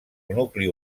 nucli